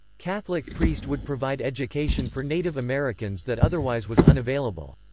catholic priest would provide education for native americans that otherwise was unavailable.